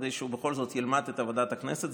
כדי שהוא בכל זאת ילמד את עבודת הכנסת.